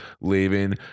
leaving